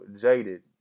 Jaded